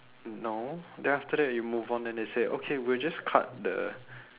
no then after that you move on then they say okay we'll just cut the